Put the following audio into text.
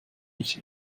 ich